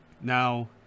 Now